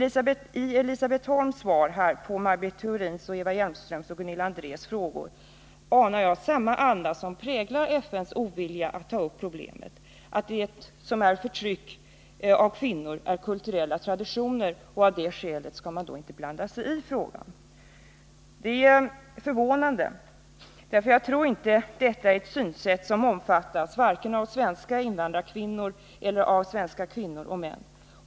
I Elisabet Holms svar på Maj Britt Theorins interpellation och Eva Hjelmströms och Gunilla Andrés frågor anar jag samma anda som präglar FN:s ovilja att ta upp problemen, nämligen att det som är förtryck av kvinnor är kulturella traditioner och att av det skälet skall man inte blanda sig i frågan. Det är förvånande, för jag tror inte att detta är ett synsätt som omfattas vare sig av svenska invandrarkvinnor eller av svenska kvinnor och män.